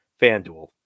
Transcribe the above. FanDuel